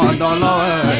da nine